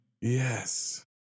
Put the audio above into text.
Yes